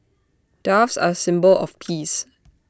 doves are symbol of peace